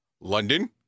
London